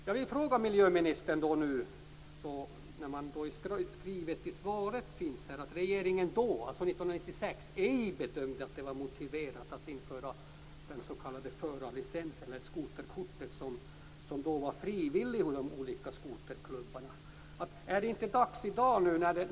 I svaret säger miljöministern att regeringen då, 1996, ej bedömde att det var motiverat att införa den s.k. förarlicensen, skoterkortet, som då byggde på frivillighet att skaffa sig. Jag tänker på de olika skoterklubbarna.